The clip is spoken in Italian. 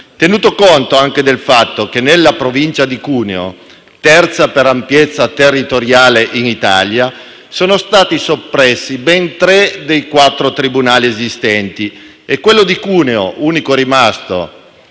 tenuto conto anche del fatto che nella Provincia di Cuneo, terza per ampiezza territoriale in Italia, sono stati soppressi ben tre dei quattro tribunali esistenti e quello di Cuneo - unico rimasto